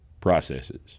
processes